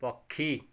ପକ୍ଷୀ